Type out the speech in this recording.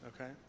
Okay